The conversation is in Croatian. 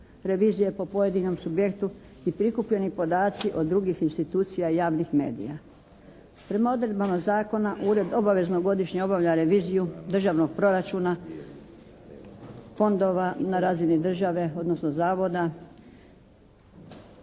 revizije po pojedinom subjektu i prikupljeni podaci od drugih institucija i javnih medija. Prema odredbama Zakona Ured obavezno godišnje obavlja reviziju Državnog proračuna, fondova na razini države odnosno zavoda